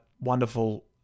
wonderful